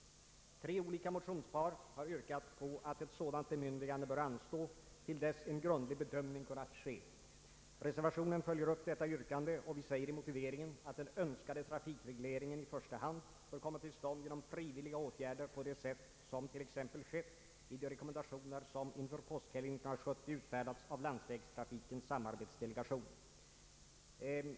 Tre olika motionspar har yrkat på att ett sådant bemyndigande bör anstå till dess en grundlig bedömning kunnat ske. Reservationen följer upp detta yrkande, och vi säger i motiveringen att den önskade trafikregleringen i första hand bör komma till stånd genom fri villiga åtgärder på det sätt som t.ex. skett i de rekommendationer som inför påskhelgen 1970 utfärdats av Landsvägstrafikens samarbetsdelegation.